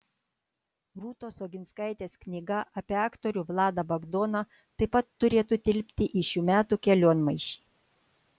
rūtos oginskaitės knyga apie aktorių vladą bagdoną taip pat turėtų tilpti į šių metų kelionmaišį